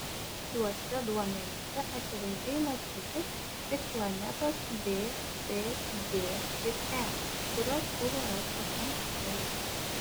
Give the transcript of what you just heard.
šiuose duomenyse akivaizdžiai matyti tik planetos b c d ir e kurios buvo rastos anksčiau